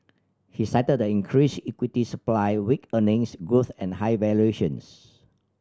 he cited the increased equity supply weak earnings growth and high valuations